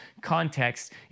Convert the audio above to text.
context